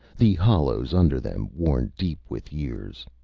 the hollows under them worn deep with years.